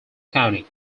county